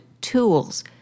tools